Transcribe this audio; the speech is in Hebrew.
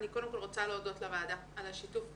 אני קודם כל רוצה להודות לוועדה על השיתוף פעולה,